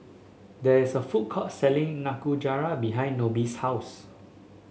there is a food court selling Nikujaga behind Nobie's house